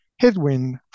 headwind